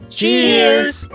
Cheers